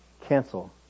cancel